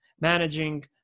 Managing